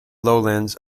lowlands